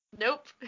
Nope